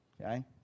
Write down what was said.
okay